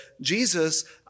Jesus